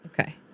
Okay